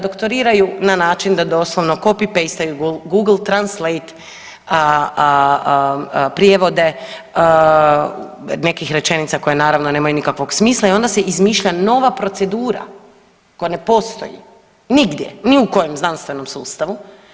Doktoriraju n a način da doslovno copy pastaju google translate prijevode nekih rečenica koje naravno nemaju nikakvog smisla i onda se izmišlja nova procedura koja ne postoji nigdje, ni u kojem znanstvenom sustavu.